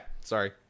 Sorry